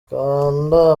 kabanda